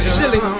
Chili